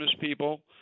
people